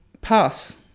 pass